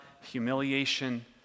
humiliation